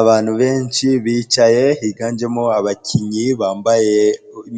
Abantu benshi bicaye, higanjemo abakinnyi bambaye